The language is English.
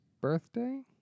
birthday